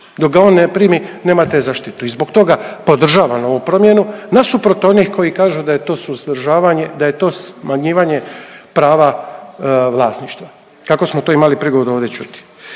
Dok ga on ne primi nemate zaštitu i zbog toga podržavam ovu promjenu nasuprot onih koji kažu da je to suzdržavanje, da je to smanjivanje prava vlasništva kako smo to imali prigodu ovdje čuti.